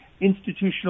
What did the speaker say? institutional